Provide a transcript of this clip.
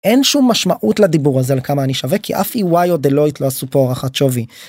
אין שום משמעות לדיבור הזה על כמה אני שווה כי אף E.Y. או Deloitte לא עשו פה הערכת שווי.